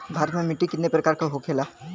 भारत में मिट्टी कितने प्रकार का होखे ला?